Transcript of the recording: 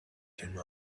came